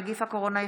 נגיף הקורונה החדש),